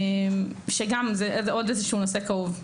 שגם זה עוד איזשהו נושא כאוב.